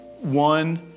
one